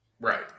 right